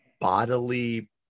bodily